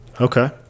Okay